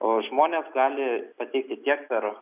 o žmonės gali pateikti tiek per